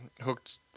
hooked